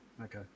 Okay